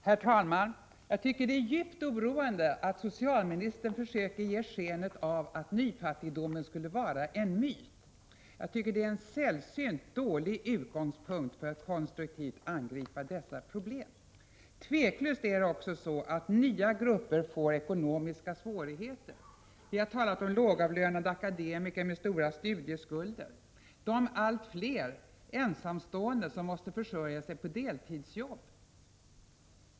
Herr talman! Jag tycker det är djupt oroande att socialministern försöker ge sken av att nyfattigdomen skulle vara en myt. Det är enligt min mening en sällsynt dålig utgångspunkt för att konstruktivt angripa dessa problem. Det är tveklöst också så att nya grupper får ekonomiska svårigheter. Vi har t.ex. talat om lågavlönade akademiker med stora studieskulder och de allt fler ensamstående som måste försörja sig på deltidsjobb.